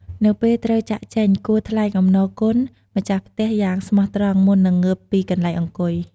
នៅពេលត្រូវចាកចេញ គួរថ្លែងអំណរគុណម្ចាស់ផ្ទះយ៉ាងស្មោះត្រង់ មុននឹងងើបពីកន្លែងអង្គុយ។